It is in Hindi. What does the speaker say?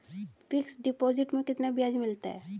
फिक्स डिपॉजिट में कितना ब्याज मिलता है?